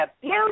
beauty